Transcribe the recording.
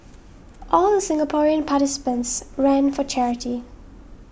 all the Singaporean participants ran for charity